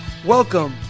Welcome